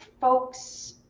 folks